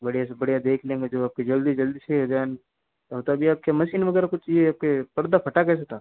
बढ़िया से बढ़िया देख लेंगे जो आपके जल्दी से जल्दी सही हो जाए तो अभी आपके मशीन वगैरह कुछ यह आपके पर्दा फटा कैसे था